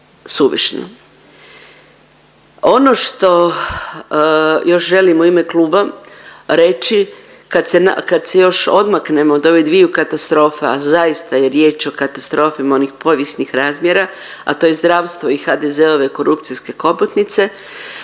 Ono što još želim u ime kluba reći kad se još odmaknem od ovih dviju katastrofa, zaista je riječ o katastrofi onih povijesnih razmjera a to je zdravstvo i HDZ-ove korupcijske hobotnice